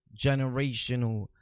generational